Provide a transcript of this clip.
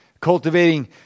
cultivating